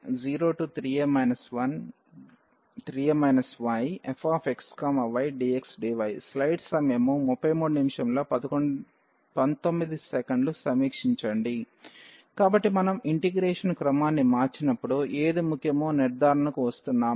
0a02ayfxydxdya3a03a yfxydxdy కాబట్టి మనం integration క్రమాన్ని మార్చినప్పుడు ఏది ముఖ్యమో నిర్ధారణకు వస్తున్నామా